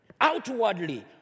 outwardly